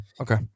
Okay